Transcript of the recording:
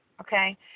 Okay